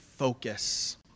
Focus